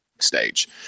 stage